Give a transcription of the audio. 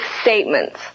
statements